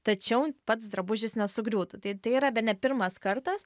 tačiau pats drabužis nesugriūtų tai tai yra bene pirmas kartas